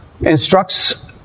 instructs